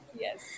yes